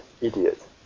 Idiot